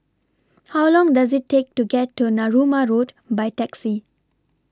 How Long Does IT Take to get to Narooma Road By Taxi